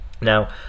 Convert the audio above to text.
now